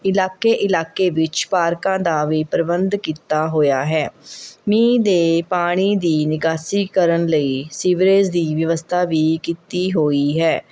ਇਲਾਕੇ ਇਲਾਕੇ ਵਿੱਚ ਪਾਰਕਾਂ ਦਾ ਵੀ ਪ੍ਰਬੰਧ ਕੀਤਾ ਹੋਇਆ ਹੈ ਮੀਂਹ ਦੇ ਪਾਣੀ ਦੀ ਨਿਕਾਸੀ ਕਰਨ ਲਈ ਸੀਵਰੇਜ ਦੀ ਵਿਵਸਥਾ ਵੀ ਕੀਤੀ ਹੋਈ ਹੈ